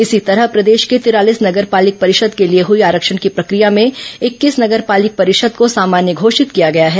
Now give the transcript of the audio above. इसी तरह प्रदेश के तिरालीस नगर पालिक परिषद के लिए हुई आरक्षण की प्रक्रिया में इक्कीस नगर पालिक परिषद को सामान्य घोषित किया गया है